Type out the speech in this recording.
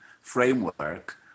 framework